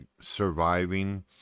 surviving